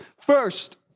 First